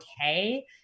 okay